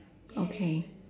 okay